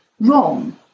wrong